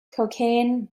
cocaine